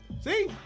See